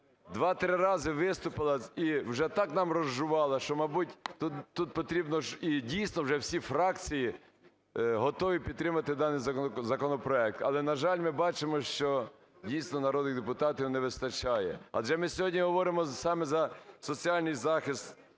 2-3 рази виступила і вже так нам розжувала, що, мабуть, тут потрібно ж… і дійсно вже всі фракції готові підтримати даний законопроект. Але, на жаль, ми бачимо, що дійсно народних депутатів не вистачає Адже ми сьогодні говоримо саме за соціальний захист